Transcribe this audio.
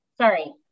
sorry